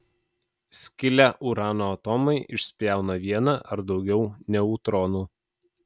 skilę urano atomai išspjauna vieną ar daugiau neutronų